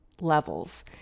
levels